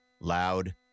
loud